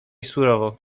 surowo